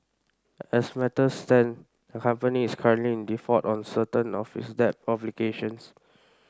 as matters stand the company is currently in default on certain of its debt obligations